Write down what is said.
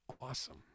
Awesome